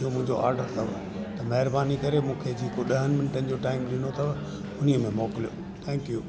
इहो मुंहिंजो ऑडर अथव त महिरबानी करे मूंखे जेको ॾह मिंटनि जो टाइम ॾिनो अथव उन ई में मोकिलियो थैंक्यू